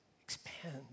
expand